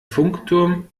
funkturm